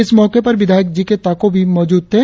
इस मौके पर विधायक जिके ताको भी मौजूद थे